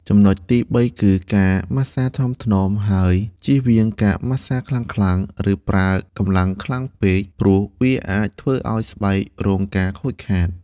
ចំណុចទីបីគឺ ការម៉ាស្សាថ្នមៗ ហើយជៀសវាងការម៉ាស្សាខ្លាំងៗ ឬប្រើកម្លាំងខ្លាំងពេក ព្រោះវាអាចធ្វើឱ្យស្បែករងការខូចខាត។